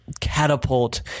catapult